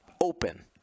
open